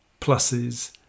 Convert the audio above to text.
pluses